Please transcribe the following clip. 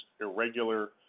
irregular